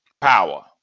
power